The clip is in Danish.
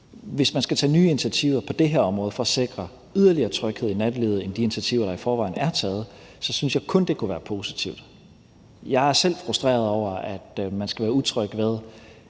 Hvis man skal tage nye initiativer på det her område for at sikre yderligere tryghed i nattelivet ud over de initiativer, der i forvejen er taget, så synes jeg kun, det kunne være positivt. Jeg er selv frustreret over, at man skal være utryg ved